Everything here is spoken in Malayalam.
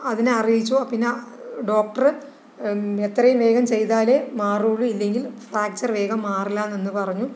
അതിന് അറിയിച്ചോ പിന്നെ ഡോക്ടർ എത്രയും വേഗം ചെയ്താലെ മാറുള്ളു ഇല്ലെങ്കിൽ ഫ്രാച്ചർ വേഗം മാറില്ലാന്നന്ന് പറഞ്ഞു